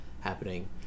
happening